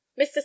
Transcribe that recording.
Mr